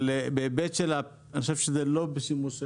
אבל בהיבט של ה-אני חושב שזה לא בשימוש,